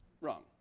Wrong